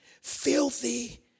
filthy